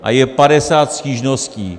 A je 50 stížností.